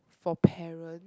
for parent